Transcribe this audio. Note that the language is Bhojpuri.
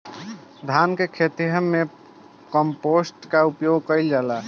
धान के ख़हेते में पम्पसेट का उपयोग कइल जाला?